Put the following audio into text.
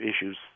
issues